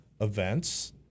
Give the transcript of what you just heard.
events